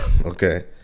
Okay